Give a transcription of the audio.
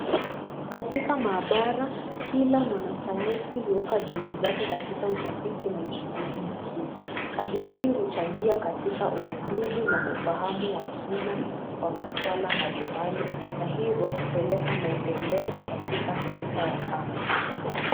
Katika maabara kila mwanasayansi huweka juhudi zakekatika utafiti na uchunguzi makini. Kazi hii huchangia katika ugunduzi wa ufahamu wa kina wa maswala mbalimbali kwa hivyo kupeleka maendeleo katika sekta ya afya.